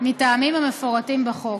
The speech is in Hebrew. מטעמים המפורטים בחוק.